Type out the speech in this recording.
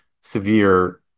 severe